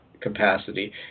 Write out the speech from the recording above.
capacity